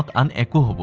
and equity